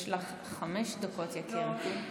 יש לך חמש דקות, יקירתי.